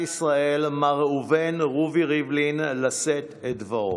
ישראל מר ראובן רובי ריבלין לשאת את דברו.